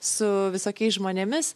su visokiais žmonėmis